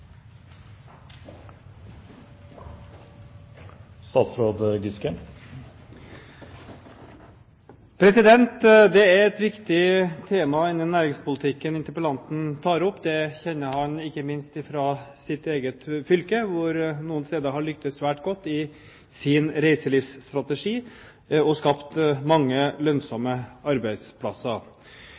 et viktig tema innen næringspolitikken interpellanten tar opp. Det kjenner han ikke minst fra sitt eget fylke hvor man noen steder har lyktes svært godt i sin reiselivsstrategi og skapt mange lønnsomme arbeidsplasser.